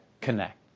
connect